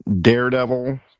Daredevil